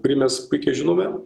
kurį mes puikiai žinome